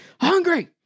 hungry